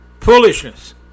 Foolishness